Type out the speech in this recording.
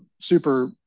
super